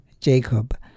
Jacob